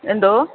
എന്തോ